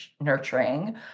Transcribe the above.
nurturing